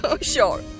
sure